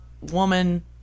woman